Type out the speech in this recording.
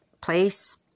place